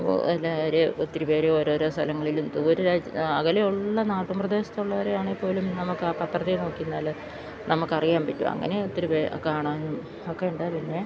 ഓ അതില് ഒത്തിരി പേര് ഓരോരോ സ്ഥലങ്ങളിലും ആ അകലെയുള്ള നാട്ടുപ്രദേശത്തുള്ളവര് ആണെങ്കില്പ്പോലും നമുക്കാ പത്രത്തില് നോക്കിയിരുന്നാല് നമുക്കറിയാൻ പറ്റും അങ്ങനെ ഒത്തിരി കാണാനും ഒക്കെയുണ്ട് പിന്നെ